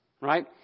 right